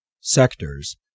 sectors